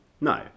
No